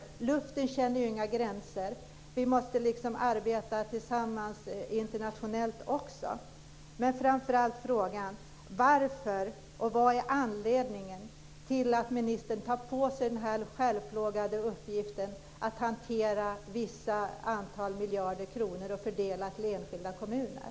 Luften känner ju inga gränser. Vi måste arbeta tillsammans internationellt också. Men framför allt vill jag alltså ställa frågan: Vad är anledningen till att ministern tar på sig den här självplågande uppgiften att hantera vissa antal miljarder kronor och fördela dem till enskilda kommuner?